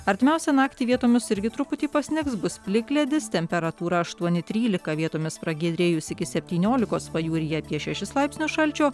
artimiausią naktį vietomis irgi truputį pasnigs bus plikledis temperatūra aštuoni trylika vietomis pragiedrėjus iki septyniolikos pajūryje apie šešis laipsnius šalčio